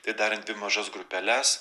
tai darėm dvi mažas grupeles